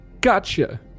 Gotcha